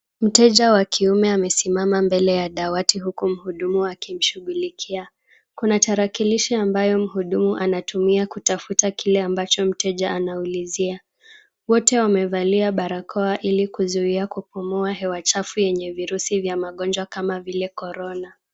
Mteja wa kiume amesimama mbele ya dawati huku mhudumu akimshughulikia. Kuna tarakilishi ambayo mhudumu anatumia kutafuta kile ambacho mteja unaulizia. Wote wamevalia barakoa ili kuzuia kupumua hewa chafu yenye virusi vya magonjwa kama vile Corona.